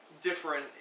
different